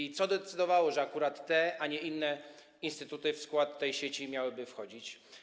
I co decydowało, że akurat te, a nie inne, instytuty w skład tej sieci miałyby wchodzić?